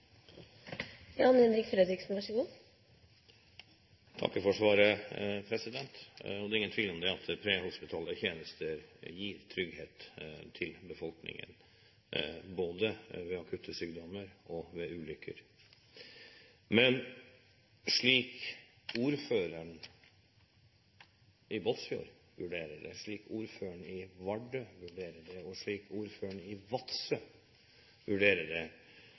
takker for svaret. Det er ingen tvil om at prehospitale tjenester gir trygghet til befolkningen, både ved akutte sykdommer og ved ulykker. Men slik ordføreren i Båtsfjord vurderer det, slik ordføreren i Vardø vurderer det, og slik ordføreren i Vadsø vurderer det,